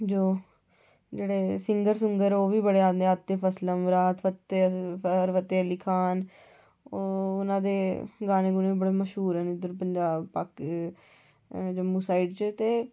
जेह्डे़ सिंगर न ओह् बी बड़े आंदे जियां आतिफ असलम राहत फतेह अली खान हुंदे गानी बी बड़े मश्हूर न इद्धर जम्मू साईड च